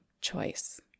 choice